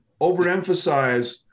overemphasize